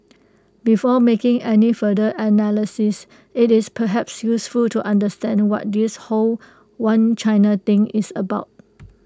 before making any further analysis IT is perhaps useful to understand what this whole one China thing is about